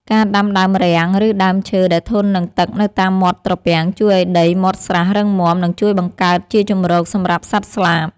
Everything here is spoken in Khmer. ការដាំដើមរាំង ឬដើមឈើដែលធន់នឹងទឹកនៅតាមមាត់ត្រពាំងជួយឱ្យដីមាត់ស្រះរឹងមាំ និងជួយបង្កើតជាជម្រកសម្រាប់សត្វស្លាប។